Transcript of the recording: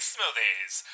Smoothies